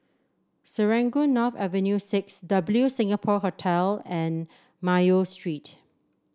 Serangoon North Avenue Six W Singapore Hotel and Mayo Street